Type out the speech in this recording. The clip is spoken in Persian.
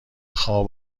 خواب